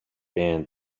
banned